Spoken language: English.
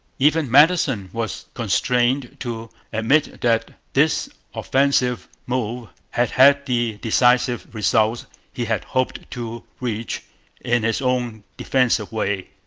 even madison was constrained to admit that this offensive move had had the defensive results he had hoped to reach in his own defensive way.